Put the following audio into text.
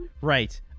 Right